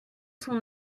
son